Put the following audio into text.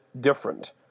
different